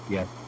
Yes